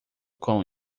com